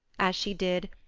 as she did,